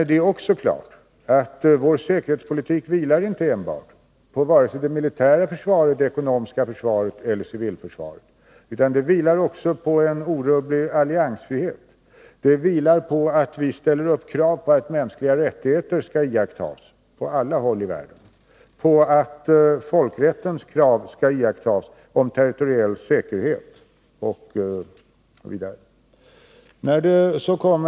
Det är också klart att vår säkerhetspolitik inte vilar enbart på vare sig det militära försvaret, det ekonomiska försvaret eller civilförsvaret, utan också på en orubblig alliansfrihet. Det vilar på att vi ställer upp krav på att mänskliga rättigheter skall iakttas på alla håll i världen och på att folkrättens krav om territoriell säkerhet skall iakttas, osv.